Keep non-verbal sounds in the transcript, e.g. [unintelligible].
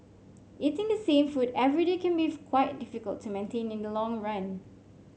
eating the same food every day can be [unintelligible] quite difficult to maintain in the long run